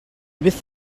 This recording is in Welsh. byth